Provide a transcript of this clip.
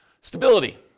Stability